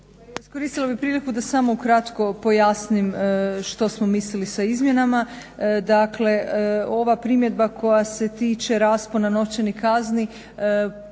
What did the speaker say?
ova primjedba koja se tiče raspona novčanih kazni